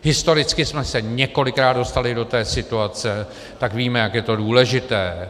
Historicky jsme se několikrát dostali do té situace, tak víme, jak je to důležité.